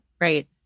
Right